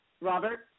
Robert